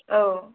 औ